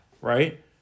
Right